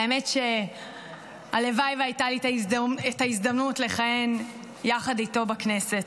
האמת היא שהלוואי שהייתה לי ההזדמנות לכהן יחד איתו בכנסת,